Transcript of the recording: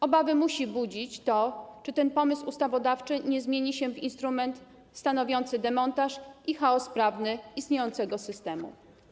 Obawy musi budzić to, czy ten pomysł ustawodawczy nie zmieni się w instrument stanowiący demontaż i chaos prawny istniejącego systemu.